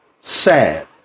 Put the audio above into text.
Sad